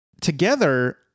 together